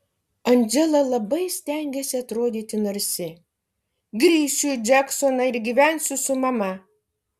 andžela labai stengiasi atrodyti narsi grįšiu į džeksoną ir gyvensiu su mama